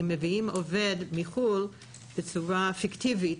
אם מביאים עובד מחו"ל בצורה פיקטיבית